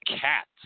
cats